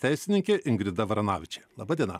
teisininkė ingrida varanavičė laba diena